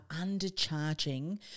undercharging